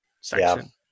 section